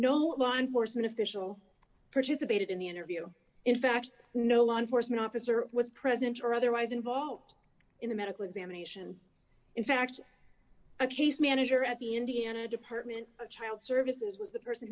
no law enforcement official participated in the interview in fact no law enforcement officer was present or otherwise involved in the medical examination in fact a case manager at the indiana department of child services was the person